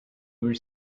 were